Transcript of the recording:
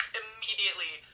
immediately